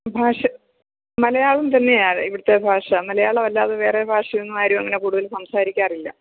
ഭാഷ മലയാളം തന്നെയാണ് ഇവിടുത്തെ ഭാഷ മലയാളം അല്ലാതെ വേറെ ഭാഷയൊന്നും ആരും അങ്ങനെ കൂടുതൽ സംസാരിക്കാറില്ല